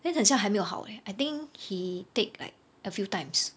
then 很像还没有好 eh I think he take like a few times